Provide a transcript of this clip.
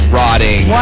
rotting